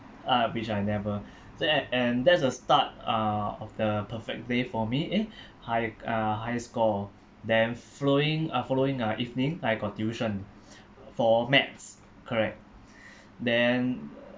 uh which I never so and and that's a start uh of the perfect day for me eh high uh high score then following uh following uh evening I got tuition for maths correct then